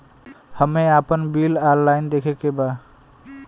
हमे आपन bill online देखे के बा?